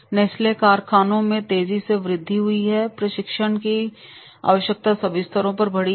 Nestle कारखानों में तेजी से वृद्धि हुई है प्रशिक्षण की आवश्यकता सभी स्तरों पर बढ़ी है